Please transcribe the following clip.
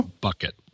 bucket